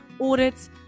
audits